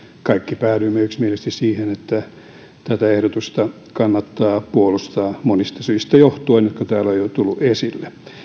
kaikki päädyimme yksimielisesti siihen että tätä ehdotusta kannattaa puolustaa monista syistä johtuen jotka täällä ovat jo tullut esille